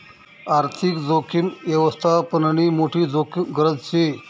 आर्थिक जोखीम यवस्थापननी मोठी गरज शे